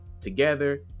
together